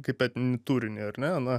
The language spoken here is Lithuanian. kaip etninį turinį ar ne na